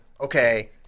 okay